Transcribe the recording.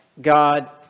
God